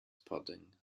pudding